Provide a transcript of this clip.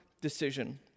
decision